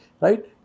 right